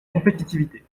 compétitivité